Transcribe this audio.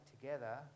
together